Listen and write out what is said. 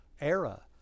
era